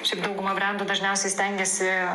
šiaip dauguma brendų dažniausiai stengiasi